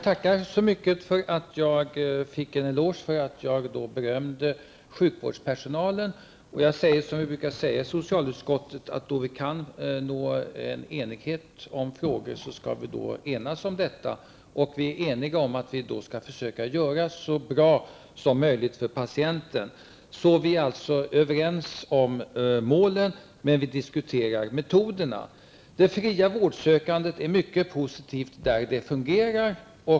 Herr talman! Jag tackar så mycket för elogen över att jag berömde sjukvårdspersonalen. I socialutskottet brukar vi säga att när det finns förutsättningar skall vi försöka nå enighet i olika frågor. Vi är eniga om att patienten skall ha det så bra som möjligt. Således är vi överens om målen medan vi diskuterar metoderna. Det fria vårdsökandet är mycket positivt där det fungerar.